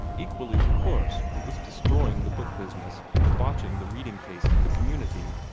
equally of course, it was destroying the book business and debauching the reading tastes of the community.